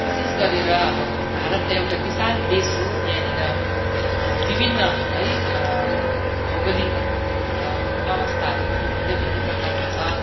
विशेष गरेर अब भारत एउटा विशाल देश हो यहाँनिर विभिन्न है भौगोलिक अवस्थाहरू पनि भिन्न भिन्नै प्रकारको छ